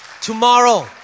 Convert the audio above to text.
Tomorrow